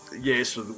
Yes